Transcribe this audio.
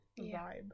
vibe